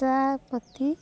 ଚାପତି